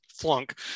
flunk